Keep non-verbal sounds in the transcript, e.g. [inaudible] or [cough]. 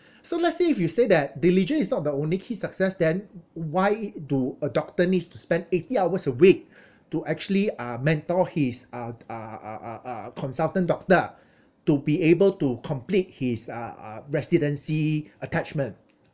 [breath] so let's say if you say that diligent is not the only key success then why do a doctor needs to spend eighty hours a week [breath] to actually uh mentor his um uh uh uh uh uh consultant doctor to be able to complete his uh uh residency attachment